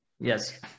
yes